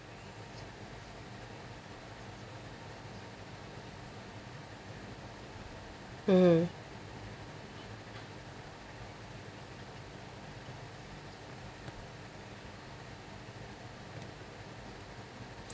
mmhmm